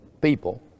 people